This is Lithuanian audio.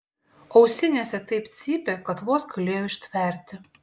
ausinėse taip cypė kad vos galėjau ištverti